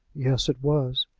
yes it was.